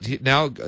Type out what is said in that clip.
now